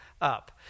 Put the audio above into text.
up